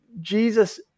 Jesus